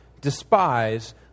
despise